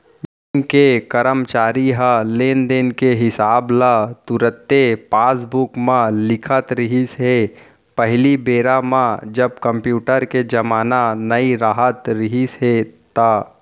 bank के करमचारी ह लेन देन के हिसाब ल तुरते पासबूक म लिखत रिहिस हे पहिली बेरा म जब कम्प्यूटर के जमाना नइ राहत रिहिस हे ता